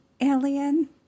alien